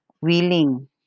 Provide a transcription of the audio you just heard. willing